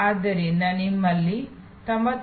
ಆದ್ದರಿಂದ ನಿಮ್ಮಲ್ಲಿ 99